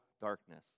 darkness